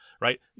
right